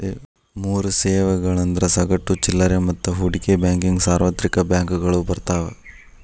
ಮೂರ್ ಸೇವೆಗಳಂದ್ರ ಸಗಟು ಚಿಲ್ಲರೆ ಮತ್ತ ಹೂಡಿಕೆ ಬ್ಯಾಂಕಿಂಗ್ ಸಾರ್ವತ್ರಿಕ ಬ್ಯಾಂಕಗಳು ಬರ್ತಾವ